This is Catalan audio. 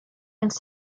els